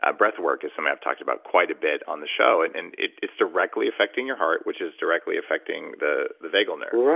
ah breath work is something i've talked about quite a bit on the show. and and it's directly affecting your heart which is directly affecting the the vagal nerve,